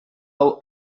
hau